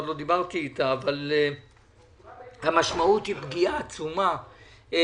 עוד לא דיברתי אתה המשמעות היא פגיעה עצומה בניצולים